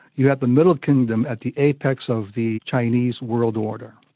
you had the middle kingdom at the apex of the chinese world order,